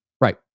Right